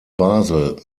basel